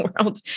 world